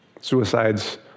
Suicides